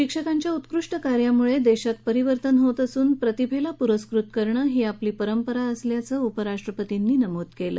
शिक्षकांच्या उत्कृष्ट कार्यामुळे देशात परिवर्तन होत असून प्रतिभेला पुरस्कृत करणं ही आपली परंपरा असल्याचं त्यांनी नमूद केलं